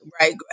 right